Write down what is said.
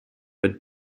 but